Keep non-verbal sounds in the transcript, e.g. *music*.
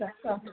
*unintelligible*